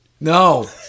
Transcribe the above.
No